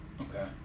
Okay